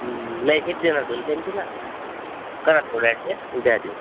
नाही हीच द्या ना दोनशे ऐंशीला करा तेवढं ॲडजस्ट आणि द्या देऊन